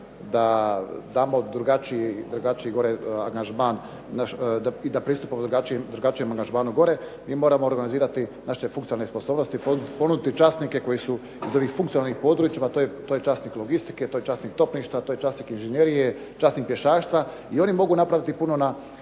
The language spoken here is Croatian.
da damo drugačiji angažman i da pristupom drugačijem angažmanu gore, mi moramo organizirati naše funkcionalne sposobnosti, ponuditi časnike koji su iz ovih funkcionalnih područja, a to je časnik logistike, to je časnik topništva, to je časnik inžinjerije, časnik pješaštva i oni mogu napraviti puno na